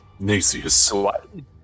Nasius